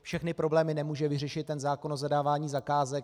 Všechny problémy nemůže vyřešit zákon o zadávání zakázek.